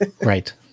Right